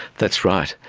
that's right,